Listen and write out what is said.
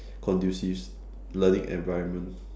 conducive learning environment